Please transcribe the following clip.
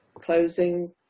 closing